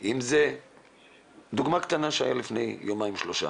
חן חן.